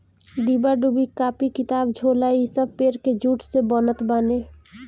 डिब्बा डुब्बी, कापी किताब, झोला इ सब पेड़ के जूट से बनत बाने